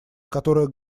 которая